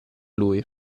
lui